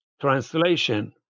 translation